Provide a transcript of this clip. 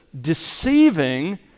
deceiving